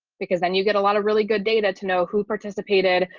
because then you get a lot of really good data to know who participated,